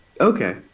Okay